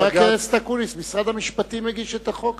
חבר הכנסת פינס, משרד המשפטים הגיש את החוק הזה.